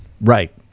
Right